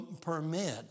permit